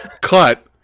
Cut